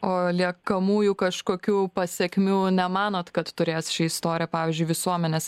o liekamųjų kažkokių pasekmių nemanot kad turės ši istorija pavyzdžiui visuomenės